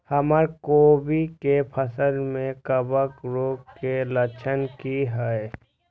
हमर कोबी के फसल में कवक रोग के लक्षण की हय?